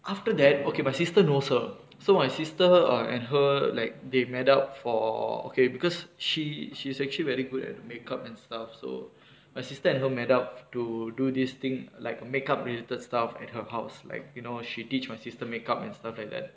after that okay my sister knows her so my sister err and her like they met up for okay because she she's actually very good at makeup and stuff so my sister and her met up to do this thing like makeup related stuff at her house like you know she teach my sister makeup and stuff like that